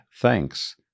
thanks